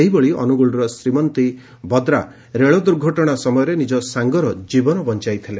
ସେହିଭଳି ଅନୁଗୋଳର ଶ୍ରୀମନ୍ତୀ ବଦ୍ରା ରେଳ ଦୁର୍ଘଟଶା ସମୟରେ ନିଜ ସାଙ୍ଗର ଜୀବନ ବଞାଇଥିଲେ